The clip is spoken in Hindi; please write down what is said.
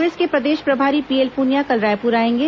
कांग्रेस के प्रदेश प्रभारी पीएल पुनिया कल रायपुर आएंगे